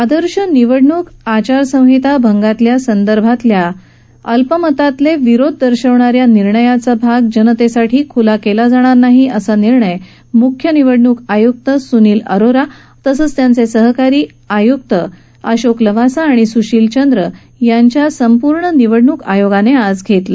आदर्श निवडणूक आचारसंहिता भंगासंदर्भातला अल्पमतातला विरोध दर्शवणारा भाग जनतेसाठी खुला केला जाणार नाही असा निर्णय आज मुख्य निवडणूक आयुक्त सुनील अरोरा तसंच त्याचे सहकारी अशोक लवासा आणि सुशील चंद्र यांच्या संपूर्ण निवडणूक आयोगाने घेतला